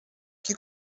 que